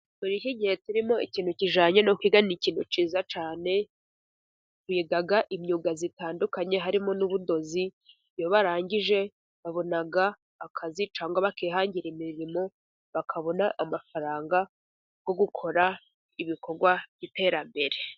Muri iki gihe turimo ikintu kijyanye no kwiga ni ikintu cyiza cyane. Biga imyuga itandukanye harimo n'ubudozi. Iyo barangije babona akazi cyangwa bakihangira imirimo, bakabona amafaranga yo gukora ibikorwa by'iterambere.